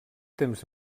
temps